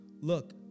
Look